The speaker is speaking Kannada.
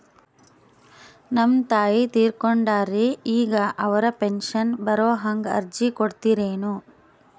ನಮ್ ತಾಯಿ ತೀರಕೊಂಡಾರ್ರಿ ಈಗ ಅವ್ರ ಪೆಂಶನ್ ಬರಹಂಗ ಅರ್ಜಿ ಕೊಡತೀರೆನು?